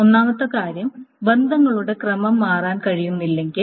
ഒന്നാമത്തെ കാര്യം ബന്ധങ്ങളുടെ ക്രമം മാറാൻ കഴിയുന്നില്ലെങ്കിൽ